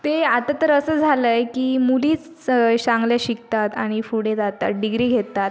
ते आता तर असं झालं आहे की मुलीच चांगले शिकतात आणि पुढे जातात डिग्री घेतात